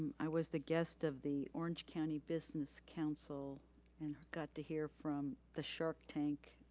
i was the guest of the orange county business council and got to hear from the shark tank,